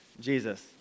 Jesus